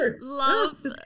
love